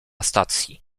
stacji